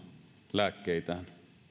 lääkkeitään